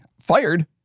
fired